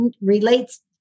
relates